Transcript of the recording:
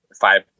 five